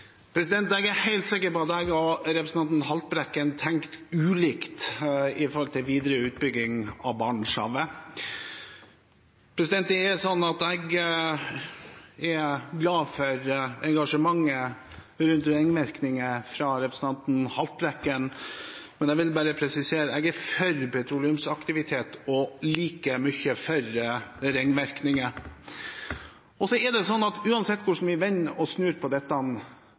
Jeg er helt sikker på at jeg og representanten Haltbrekken tenker ulikt om videre utbygging av Barentshavet. Jeg er glad for engasjementet rundt ringvirkninger fra representanten Haltbrekken, men jeg vil presisere at jeg er for petroleumsaktivitet og like mye for ringvirkninger. Uansett hvordan vi vender og snur på dette, kommer det